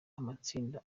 amatsinda